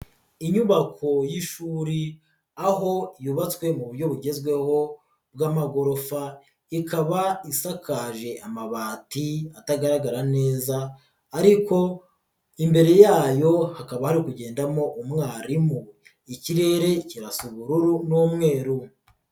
Inyubako y'ishuri aho yubatswe mu buryo bugezweho bw'amagorofa ikaba isakaje amabati atagaragara neza ariko imbere yayo hakaba hari kugendamo umwarimu, ikirere kirasa ubururu n'umweru.